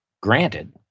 granted